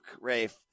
Rafe